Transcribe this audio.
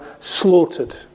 slaughtered